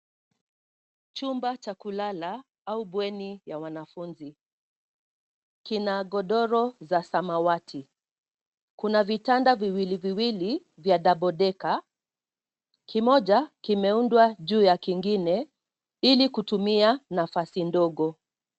Chumba cha kulala au bweni ya wanafunzi, kina godoro za samawati. Kuna vitanda viwili viwili vya double decor, kimoja kimeundwa juu ya kingine ili kutumia nafasi ndogo.